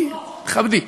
תכבדי,